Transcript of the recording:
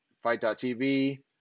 fight.tv